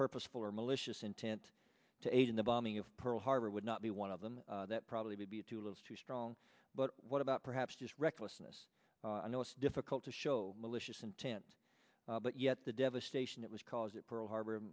purposeful or malicious intent to aid in the bombing of pearl harbor would not be one of them that probably be too little too strong but what about perhaps just recklessness i know it's difficult to show malicious intent but yet the devastation that was caused it pearl harbor